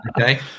okay